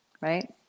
right